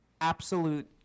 absolute